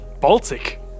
Baltic